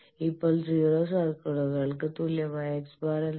ഇപ്പോൾ 0 സർക്കിളുകൾക്ക് തുല്യമായ x̄ എന്താണ്